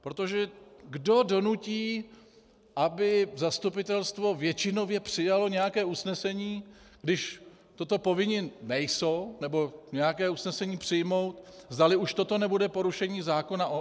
Protože kdo donutí, aby zastupitelstvo většinově přijalo nějaké usnesení, když toto povinni nejsou, nebo nějaké usnesení přijmout, zdali už toto nebude porušení zákona o NKÚ?